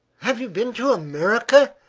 have you been to america?